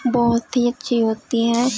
بہت ہی اچھی ہوتی ہیں